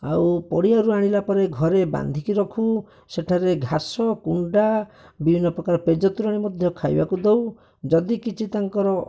ଆଉ ପଡ଼ିଆରୁ ଆଣିଲା ପରେ ଘରେ ବାନ୍ଧିକି ରଖୁ ସେଠାରେ ଘାସ କୁଣ୍ଡା ବିଭିନ୍ନ ପ୍ରକାର ପେଜ ତୋରାଣି ମଧ୍ୟ ଖାଇବାକୁ ଦେଉ ଯଦି କିଛି ତାଙ୍କର